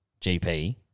GP